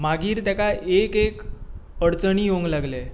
मागीर तेका एक एक अडचणी येवंक लागले